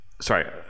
sorry